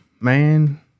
Man